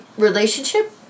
relationship